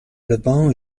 levant